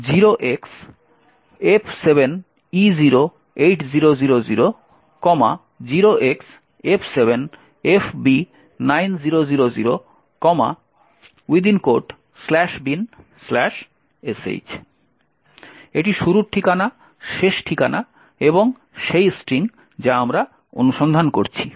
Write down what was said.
সুতরাং এটি হল gdb 0xF7E08000 0xF7FB9000 "binsh" শুরুর ঠিকানা শেষ ঠিকানা এবং সেই স্ট্রিং যা আমরা অনুসন্ধান করছি